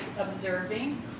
observing